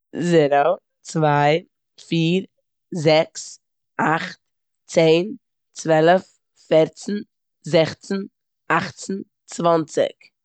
זערא, צוויי, פיר, זעקס, אכט, צען, צוועלף, פערצן, זעכצן, אכטצן, צוואנציג.